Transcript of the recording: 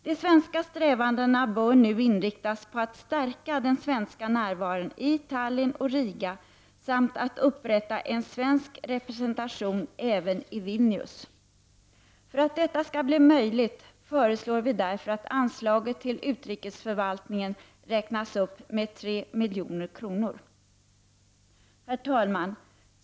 De svenska strävandena bör nu inriktas på att stärka den svenska närvaron i Tallin och Riga samt att upprätta en svensk representation även i Vilnius. För att detta skall bli möjligt föreslår vi att anslaget till utrikesförvaltningen räknas upp med 3 milj.kr. 113 Herr talman!